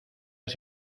has